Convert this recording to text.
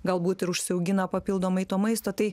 galbūt ir užsiaugina papildomai to maisto tai